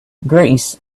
greece